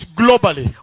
globally